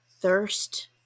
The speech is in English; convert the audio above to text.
thirst